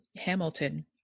Hamilton